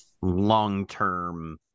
long-term